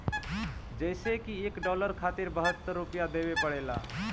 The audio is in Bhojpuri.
जइसे की एक डालर खातिर बहत्तर रूपया देवे के पड़ेला